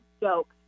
joke